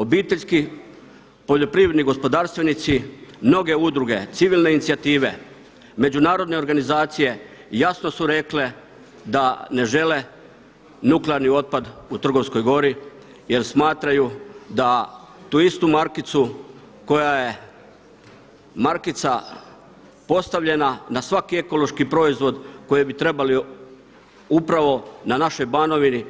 Obiteljski poljoprivredni gospodarstvenici, mnoge udruge, civilne inicijative, međunarodne organizacije jasno su rekle da ne žele nuklearni otpad u Trgovskoj gori jer smatraju da tu istu markicu koja je markica postavljena na svaki ekološki proizvod koji bi trebali upravo na našoj Banovini